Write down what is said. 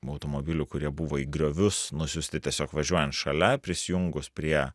automobilių kurie buvo į griovius nusiųsti tiesiog važiuojant šalia prisijungus prie